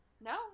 no